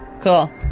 Cool